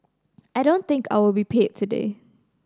I don't think I will be paid today